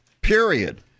Period